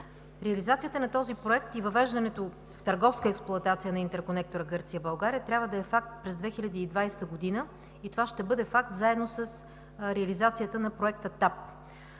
Реализацията на този проект и въвеждането в търговска експлоатация на интерконектора Гърция – България трябва да е факт през 2020 г. Това ще бъде факт заедно с реализацията на Проекта „Таб“.